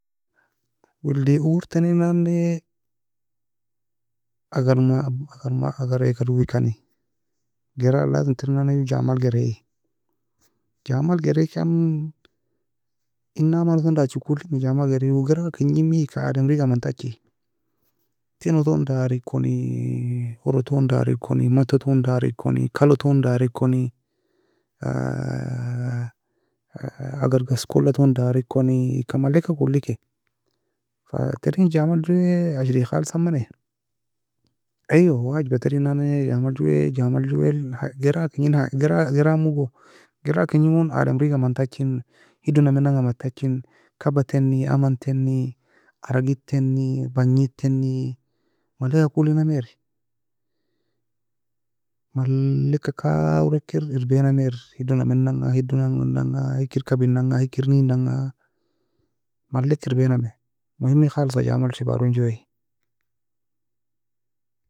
Welidi umrteni nan naein agar ma agar ma a gaireka doweikany. Gera لازم tern nan ne joe jamali gere iye. Jamali gere kani ina mana tone dachihu ku elimi in jamali gere igera kegnin me eka, ademri ga amenitachini. Tino tonidari koni oro toni dar koni maito toni dar kon kalu toni dar kon ageri gaskola tone dar koni, eka maleka kulekae. Fa tern jamali jue ashri kalisaemini. Eyue wajeba ter nanne jamali juiye jamali juiye gera kengin gera geramo, gera kengi gon ademri ga amenitachini, hidu nemina amenitachini, kaba tein amani teni aragird teni bagnid teni malae ka kuli namie ire. Maleika kawra ekir erbiae namei hidu namina anga hidu nemina anga hikir kebenan ga hikr neinan ga maleika erbaie nami. Muhimmi kalisa jamali shebabri juiye.